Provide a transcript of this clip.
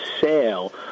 sale